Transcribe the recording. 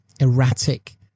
erratic